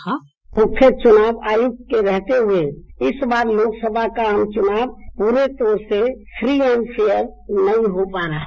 bite मुख्य चुनाव आयुक्त के रहते हुए इस बार लोकसभा का आम चुनाव पूरे तौर से फ्री एंड फेयर नहीं हो पा रहा है